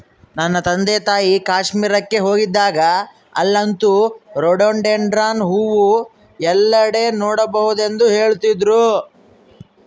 ನನ್ನ ತಂದೆತಾಯಿ ಕಾಶ್ಮೀರಕ್ಕೆ ಹೋಗಿದ್ದಾಗ ಅಲ್ಲಂತೂ ರೋಡೋಡೆಂಡ್ರಾನ್ ಹೂವು ಎಲ್ಲೆಡೆ ನೋಡಬಹುದೆಂದು ಹೇಳ್ತಿದ್ರು